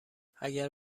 اگر